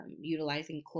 utilizing